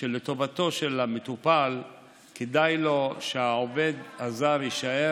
שלטובתו של המטופל שהעובד הזר יישאר.